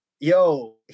Yo